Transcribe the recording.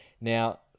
Now